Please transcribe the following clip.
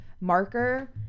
marker